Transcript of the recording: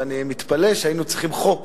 ואני מתפלא שהיינו צריכים חוק